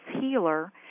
Healer